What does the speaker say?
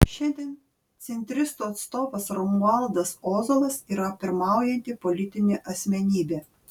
šiandien centristų atstovas romualdas ozolas yra pirmaujanti politinė asmenybė